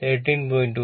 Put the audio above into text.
66 13